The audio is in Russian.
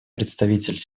представитель